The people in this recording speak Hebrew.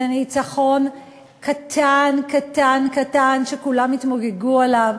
זה ניצחון קטן קטן קטן שכולם התמוגגו ממנו.